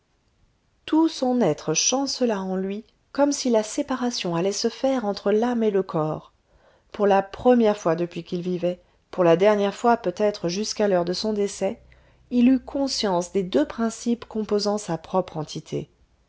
tout son être chancela en lui comme si la séparation allait se faire entre l'âme et le corps pour la première fois depuis qu'il vivait pour la dernière fois peut-être jusqu'à l'heure de son décès il eut conscience des deux principes composant sa propre entité